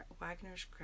Wagner's